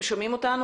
הם שומעים אותנו?